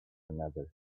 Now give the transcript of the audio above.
another